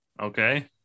okay